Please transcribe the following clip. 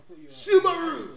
Subaru